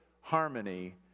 harmony